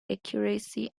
accuracy